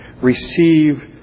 Receive